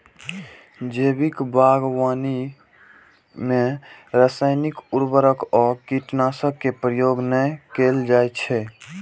जैविक बागवानी मे रासायनिक उर्वरक आ कीटनाशक के प्रयोग नै कैल जाइ छै